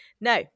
Now